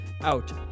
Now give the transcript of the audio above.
out